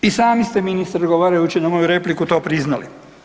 I sami ste ministre odgovarajući na moju repliku to priznali.